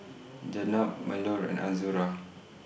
Jenab Melur and Azura